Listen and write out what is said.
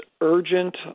urgent